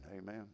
amen